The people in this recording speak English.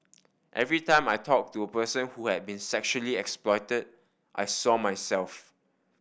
every time I talked to a person who had been sexually exploited I saw myself